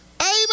Amen